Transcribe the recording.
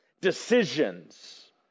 Decisions